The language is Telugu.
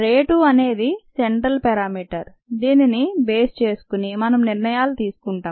రేటు అనేది సెంట్రల్ పేరామీటర్ దీనిని బేస్ చేసుకుని మనం నిర్ణయాలు తీసుకుంటాం